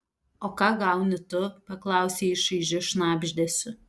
o ką gauni tu paklausė jis šaižiu šnabždesiu